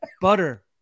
butter